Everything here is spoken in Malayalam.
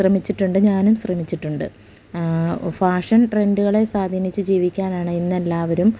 ശ്രമിച്ചിട്ടുണ്ട് ഞാനും ശ്രമിച്ചിട്ടുണ്ട് ഫാഷൻ ട്രെൻഡുകളെ സ്വാധീനിച്ച് ജീവിക്കാനാണ് ഇന്നെല്ലാവരും